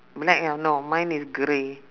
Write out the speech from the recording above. black ah no mine is grey